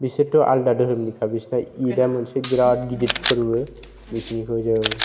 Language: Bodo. बिसोरथ' आलादा धोरोमनिखा बिसोरना ईदआ मोनसे बिराद गिदिद फोरबो बिसोरनिखौ जों